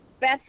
Beth